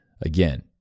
Again